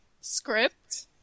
Script